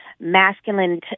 masculine